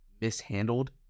mishandled